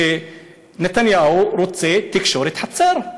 שנתניהו רוצה תקשורת חצר,